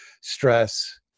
stress